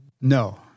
No